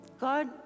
God